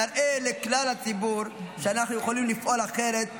נראה לכלל הציבור שאנחנו יכולים לפעול אחת,